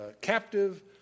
captive